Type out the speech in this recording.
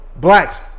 blacks